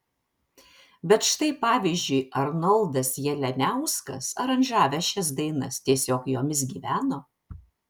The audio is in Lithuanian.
bet štai pavyzdžiui arnoldas jalianiauskas aranžavęs šias dainas tiesiog jomis gyveno